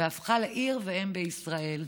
והפכה לעיר ואם בישראל.